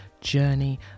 journey